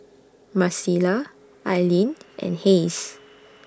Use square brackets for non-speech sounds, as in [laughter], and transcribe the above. Marcela Aileen and Hays [noise]